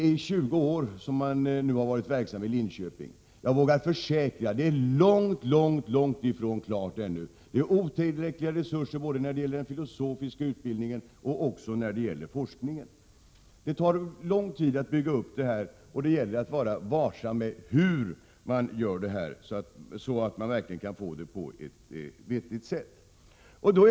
I 20 år har verksamheten bedrivits i Linköping. Jag vågar försäkra kammaren om att verksamheten i Linköping fortfarande är mycket långt från fullständighet. Resurserna är otillräckliga både för den filosofiska utbildningen och för forskningen. Det tar lång tid att bygga upp ett universitet, och det gäller att vara varsam med hur man gör, om man skall få verksamheten att fungera på ett vettigt sätt.